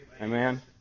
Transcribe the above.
Amen